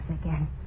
again